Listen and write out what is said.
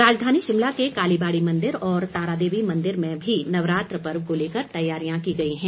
राजधानी शिमला के कालीबाड़ी मंदिर और तारादेवी मंदिर में भी नवरात्र पर्व को लेकर तैयारियां की गई हैं